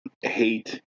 Hate